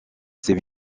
ses